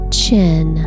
chin